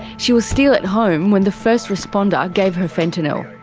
she was still at home when the first responder gave her fentanyl.